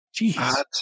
Jeez